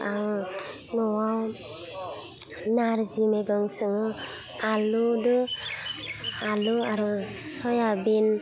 आङो न'वाव नारजि मैगं सोङो आलुदो आलु आरो सयाबिन